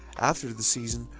after the season,